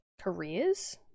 Careers